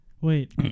Wait